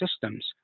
systems